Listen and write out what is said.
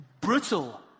brutal